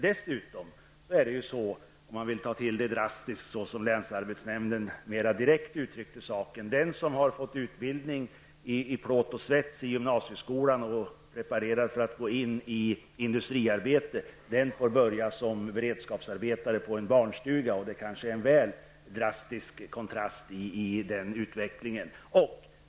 Dessutom är det så -- om man nu vill ta till och uttrycka saken så drastiskt som länsarbetsnämnden -- att den som har fått utbildning i plåt och svets i gymnasieskolan och förbereder sig för att gå in i industriarbete får börja som beredskapsarbetare på en basstuga. Det kanske är en väl drastisk kontrast.